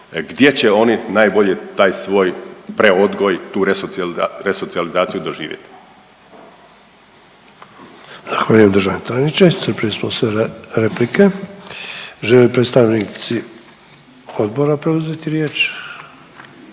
gdje će oni najbolje taj svoj preodgoj, tu resocijalizaciju doživjeti.